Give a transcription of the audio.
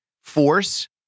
force